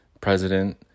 president